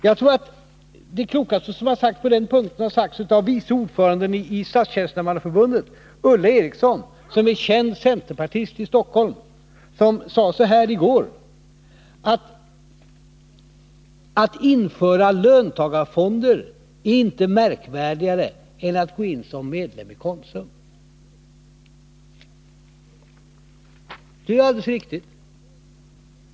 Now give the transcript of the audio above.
Jag tror att det klokaste som har sagts på den punkten sades av Ulla Eriksson, vice ordföranden i Statstjänstemannaförbundet och känd centerpartist i Stockholm, som sade så här i går:” Att införa löntagarfonder är inte märkvärdigare än att gå in som medlem i Konsum.” Det är alldeles riktigt.